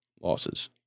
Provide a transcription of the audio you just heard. losses